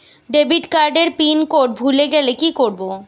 Debit card এর pin code ভুলে গেলে কি করব?